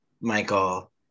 Michael